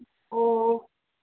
ꯑꯣ